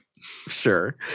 Sure